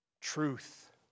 truth